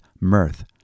mirth